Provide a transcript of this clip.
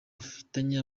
afitanye